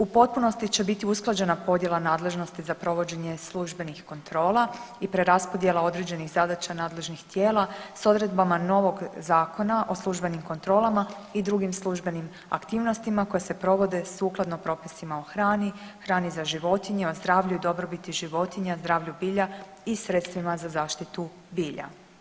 U potpunosti će biti usklađena podjela nadležnosti za provođenje službenih kontrola i preraspodjela određenih zadaća nadležnih tijela s odredbama novog Zakona o službenim kontrolama i drugim službenim aktivnostima koje se provode sukladno propisima o hrani, hrani za životinje, o zdravlju i dobrobiti životinja, zdravlju bilja i sredstvima za zaštitu bilja.